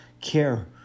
care